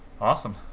awesome